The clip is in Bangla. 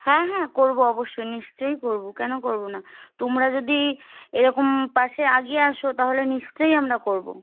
হ্যাঁ হ্যাঁ করবো অবশ্যই নিশ্চয়ই করবো কেন করবো না তোমরা যদি এরকম পাশে আগিয়ে আসো তাহলে নিশ্চয়ই আমরা করবো